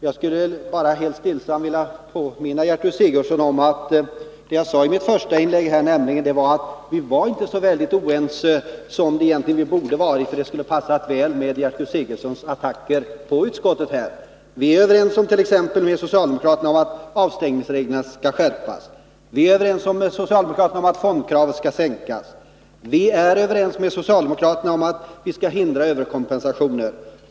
Jag skulle bara helt stillsamt vilja påminna Gertrud Sigurdsen om vad jag sade i mitt första inlägg, nämligen att vi egentligen inte är så oense som vi borde vara för att det skulle passa väl med Gertrud Sigurdsens attacker mot utskottet. Vi är överens med socialdemokraterna om att avstängningsreglerna skall skärpas. Vi är överens med socialdemokraterna om att kravet på storleken av fonderna skall minskas. Vi är överens med socialdemokraterna om att överkompensationer skall hindras.